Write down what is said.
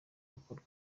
gukorwa